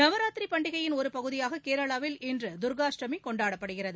நவராத்திரி பண்டிகையின் ஒரு பகுதியாக கேரளாவில் இன்று தர்க்காஷ்டமி கொண்டாடப்படுகிறது